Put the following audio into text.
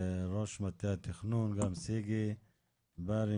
ראש מטה התכנון וגם לסיגי בארי,